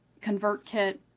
ConvertKit